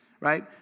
Right